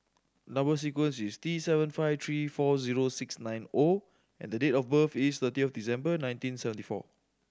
number sequence is T seven five three four zero six nine O and date of birth is thirty of December nineteen seventy four